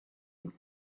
peace